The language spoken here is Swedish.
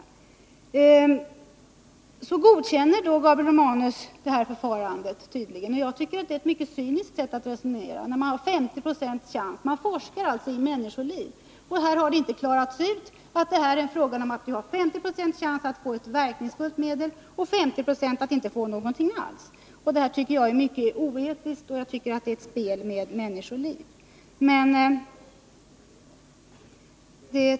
Tydligen godkänner Gabriel Romanus förfarandet. Enligt min mening är det ett mycket cyniskt sätt att resonera, eftersom man bara har 50 90 chans. Det forskas alltså med människoliv som insats. Här har det alltså inte klarats ut att det är 50 96 chans att få ett verkningsfullt medel och 50 96 chans att det inte blir någonting alls. Det här tycker jag är ett mycket oetiskt spel med människoliv.